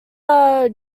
are